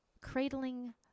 Cradling